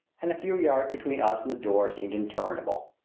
and the few yards between us and the door seemed interminable.